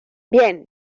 bien